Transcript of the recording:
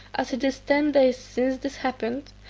as it is ten days since this happened,